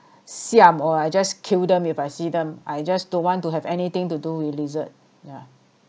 siam or I just kill them if I see them I just don't want to have anything to do with lizard yeah